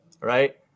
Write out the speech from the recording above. right